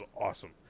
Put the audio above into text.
awesome